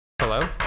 Hello